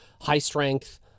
high-strength